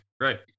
Right